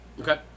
Okay